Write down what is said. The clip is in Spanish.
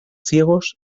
ciegos